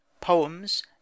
poems